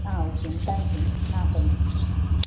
ah okay ma'am thank you ma'am ஆ thank you ma'am ah